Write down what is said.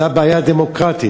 זה הבעיה הדמוקרטית,